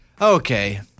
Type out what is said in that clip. okay